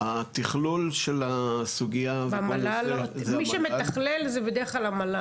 התכלול של הסוגייה --- מי שמתכלל זה בדרך כלל המל"ל.